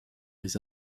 les